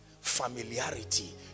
familiarity